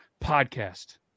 podcast